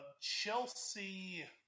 Chelsea